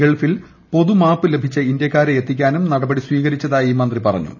ഗൾഫിൽ പൊതുമാപ്പ് ലഭിച്ച ഇന്ത്യക്കാരെ എത്തിക്കാനും നടപടി സ്വീകരിച്ചതായി മന്ത്രി പറഞ്ഞു